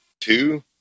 Two